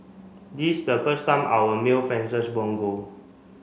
this the first time our male fencers won gold